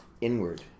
inward